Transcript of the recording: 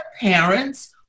parents